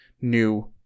new